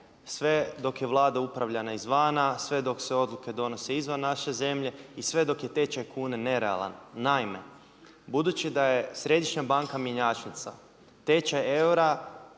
sve dok je Vlada upravljana izvana, sve dok se odluke donose izvan naše zemlje i sve dok je tečaj kune nerealan. Naime, budući da je Središnja banka mjenjačnica tečaj eura